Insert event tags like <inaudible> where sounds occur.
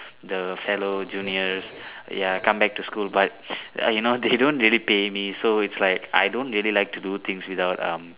the fellow juniors ya come back to school but <noise> you know they don't really pay me so it's like I don't really like to do things without um